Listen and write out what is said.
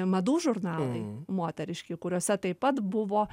madų žurnalai moteriški kuriose taip pat buvo